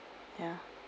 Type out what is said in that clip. ya